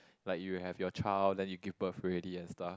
like you have your child then you give birth already and stuff